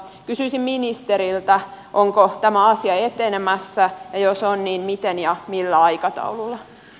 kysyisin ministeriltä onko tämä asia etenemässä ja jos on niin miten ja millä aikataululla